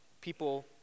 people